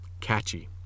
catchy